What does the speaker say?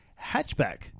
hatchback